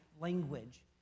language